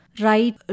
right